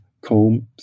combs